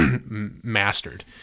mastered